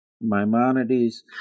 Maimonides